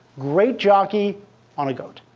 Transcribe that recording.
great jockey on a goat.